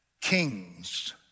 kings